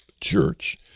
church